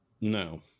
no